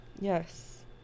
yes